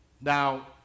Now